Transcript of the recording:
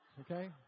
Okay